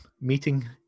meeting